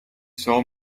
saw